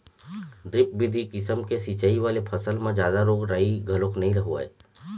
drip बिधि किसम के सिंचई वाले फसल म जादा रोग राई घलोक नइ होवय